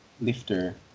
lifter